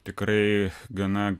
tikrai gana